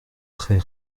très